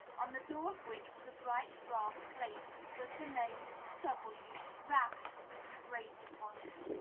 on the door of which was a bright brass plate with the name w. rabbit engraved upon it.